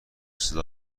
صدا